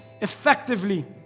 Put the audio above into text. effectively